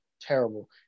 terrible